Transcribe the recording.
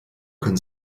können